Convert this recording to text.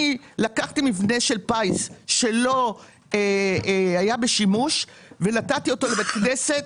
אני לקחתי מבנה של פיס שלא היה בשימוש ונתתי אותו לבית כנסת.